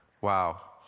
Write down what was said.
wow